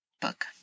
book